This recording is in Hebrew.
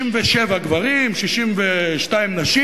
67 גברים, 62 נשים.